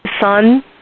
Sun